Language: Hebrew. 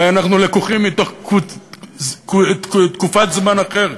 אולי אנחנו לקוחים מתוך תקופת זמן אחרת,